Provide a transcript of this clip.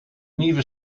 nieuwe